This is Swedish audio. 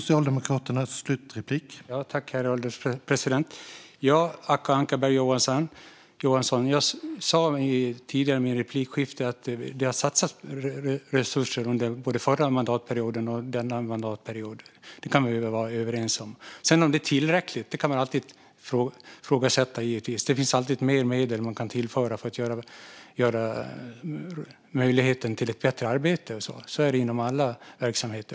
Herr ålderspresident och Acko Ankarberg Johansson! Jag sa tidigare i replikskiftet att det har satsats resurser både under förra mandatperioden och under denna mandatperiod. Det kan vi vara överens om. Om det sedan är tillräckligt kan man givetvis alltid ifrågasätta. Det finns alltid mer medel man kan tillföra för att ge möjlighet till ett bättre arbete; så är det inom alla verksamheter.